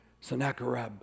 Sennacherib